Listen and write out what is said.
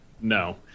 No